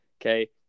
Okay